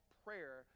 prayer